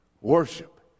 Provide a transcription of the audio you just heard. Worship